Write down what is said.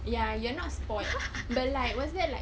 ya you're not spoiled but like was there like